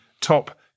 top